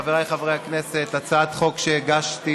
חבריי חברי הכנסת, הצעת החוק שהגשתי